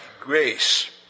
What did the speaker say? grace